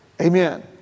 Amen